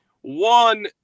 One